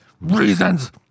reasons